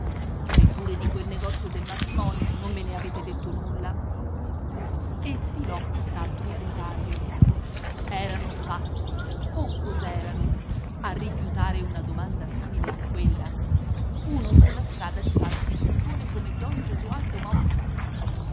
neppure di quel negozio del matrimonio non me ne avete detto nulla e sfilò quest'altro rosario erano pazzi o cos'erano a rifiutare una domanda simile a quella uno sulla strada di farsi riccone come don gesualdo motta